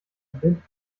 blind